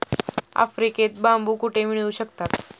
आफ्रिकेत बांबू कुठे मिळू शकतात?